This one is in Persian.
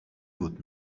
بود